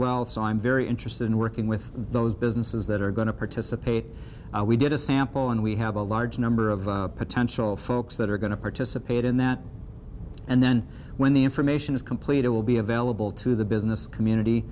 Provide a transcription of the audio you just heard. well so i'm very interested in working with those businesses that are going to participate we did a sample and we have a large number of potential folks that are going to participate in that and then when the information is complete it will be available to the business community